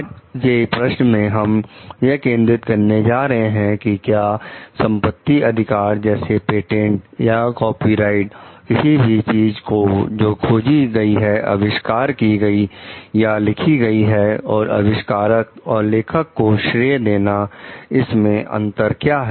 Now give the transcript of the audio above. आज के प्रश्न मे हम यह केंद्रित करने जा रहे हैं कि क्या संपत्ति अधिकार जैसे पेटेंट या कॉपीराइट किसी भी चीज को जो खोजी गई है अविष्कार की गई है या लिखी गई है और अविष्कारक और लेखक को श्रेय देना इस में अंतर क्या है